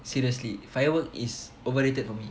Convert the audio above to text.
seriously firework is overrated for me